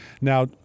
Now